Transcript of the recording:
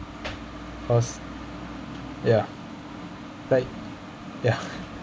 cause ya like ya